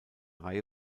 reihe